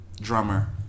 Drummer